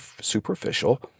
superficial